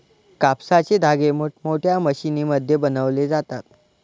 कापसाचे धागे मोठमोठ्या मशीनमध्ये बनवले जातात